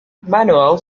manuel